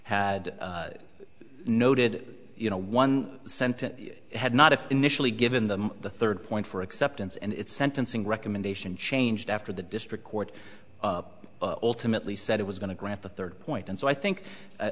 had noted you know one sentence had not of initially given them the third point for acceptance and it sentencing recommendation changed after the district court ultimately said it was going to grant the third point and so i think